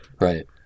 right